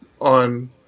on